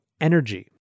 energy